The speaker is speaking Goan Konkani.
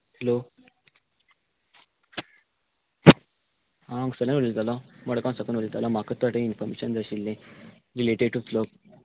हलो आं हांव सुनील उलयतलो मडगांव साकून उलयतलो म्हाका थोडे इन्फॉमेशन आशिल्ली रिलेटे टू स्लो